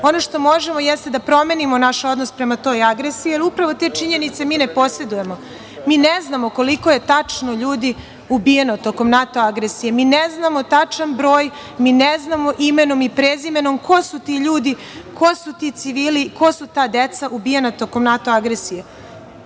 Ono što možemo jeste dva promenimo naš odnos prema toj agresiji, jer upravo te činjenice ne posedujemo. Mi ne znamo koliko je tačno ljudi ubijeno tokom NATO agresije. Mi ne znamo tačan broj. Mi ne znamo imenom i prezimenom ko su ti ljudi, ko su ti civili, ko su ta deca ubijena tokom NATO agresije. Mi